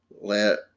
let